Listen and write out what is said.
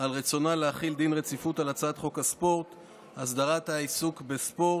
על רצונה להחיל דין רציפות על הצעת חוק הספורט (הסדרת העיסוק בספורט),